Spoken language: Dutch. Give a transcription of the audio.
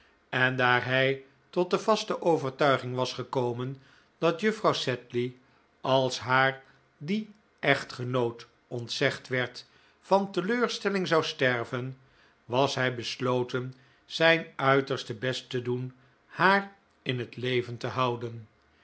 en daar hij tot de vaste overtuiging was gekomen dat juffrouw sedley als haar die echtgenoot ontzegd werd van teleurstelling zou sterven was hij besloten zijn uiterste best te doen haar in het leven te houden